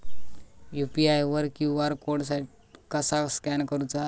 UPI वर QR code कसा scan करूचा?